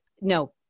no